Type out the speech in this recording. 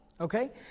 Okay